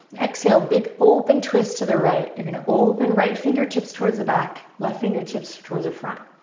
exhale, big open twist to the right. you're gonna open right fingertips towards the back, left fingertips towards the front.